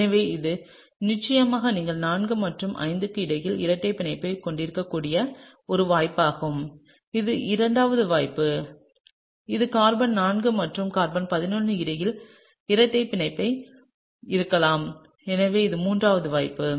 எனவே இது நிச்சயமாக நீங்கள் 4 மற்றும் 5 க்கு இடையில் இரட்டைப் பிணைப்பைக் கொண்டிருக்கக்கூடிய ஒரு வாய்ப்பாகும் இது இரண்டாவது வாய்ப்பு இது கார்பன் 4 மற்றும் கார்பன் 11 க்கு இடையில் இரட்டை பிணைப்பாக இருக்கலாம் எனவே இது மூன்றாவது வாய்ப்பு